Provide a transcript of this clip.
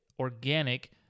organic